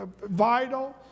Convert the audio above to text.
vital